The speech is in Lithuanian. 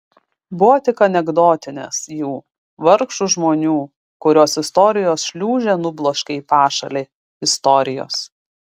buvo tik anekdotinės jų vargšų žmonių kuriuos istorijos šliūžė nubloškė į pašalę istorijos